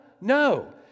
No